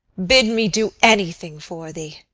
bid me do anything for thee.